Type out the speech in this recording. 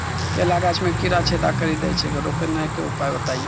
केला गाछ मे कीड़ा छेदा कड़ी दे छ रोकने के उपाय बताइए?